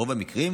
ברוב המקרים,